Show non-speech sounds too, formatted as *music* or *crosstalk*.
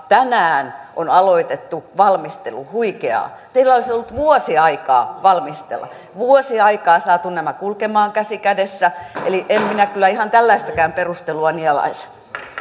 *unintelligible* tänään on aloitettu valmistelu huikeaa teillä olisi ollut vuosi aikaa valmistella vuosi aikaa ja saada nämä kulkemaan käsi kädessä eli en minä kyllä ihan tällaistakaan perustelua nielaise